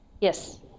Yes